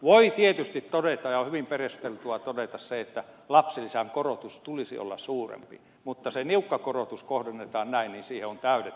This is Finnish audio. voi tietysti todeta ja on hyvin perusteltua todeta että lapsilisän korotuksen tulisi olla suurempi mutta kun se niukka korotus kohdennetaan näin niin siihen on täydet perusteet